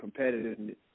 competitiveness